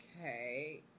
okay